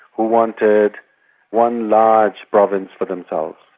who wanted one large province for themselves.